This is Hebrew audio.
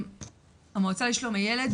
המועצה לשלום הילד,